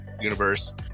universe